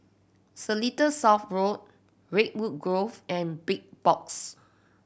Seletar South Road Redwood Grove and Big Box